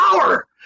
power